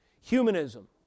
Humanism